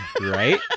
right